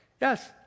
yes